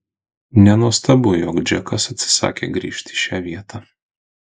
nenuostabu jog džekas atsisakė grįžt į šią vietą